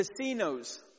casinos